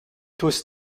tous